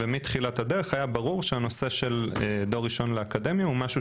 ומתחילת הדרך היה ברור שהנושא של דור ראשון לאקדמיה זה משהו